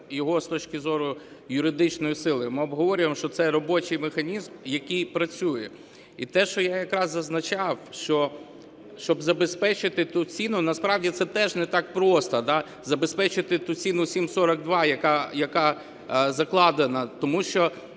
його з точки зору юридичної сили, ми обговорюємо, що це робочий механізм, який працює. І те, що я якраз зазначав, що щоб забезпечити ту ціну, насправді це теж не так просто забезпечити ту ціну 7,42, яка закладена. Тому що